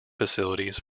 facilities